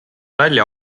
välja